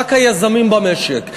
רק היזמים במשק.